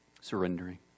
surrendering